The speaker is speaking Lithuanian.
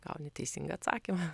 gauni teisingą atsakymą